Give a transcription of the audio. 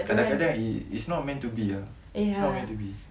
kadang-kadang it's not meant to be ah it's not meant to be